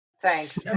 Thanks